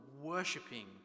worshipping